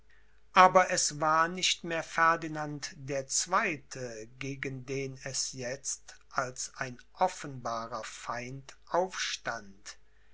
aber es war nicht mehr ferdinand der zweite gegen den es jetzt als ein offenbarer feind aufstand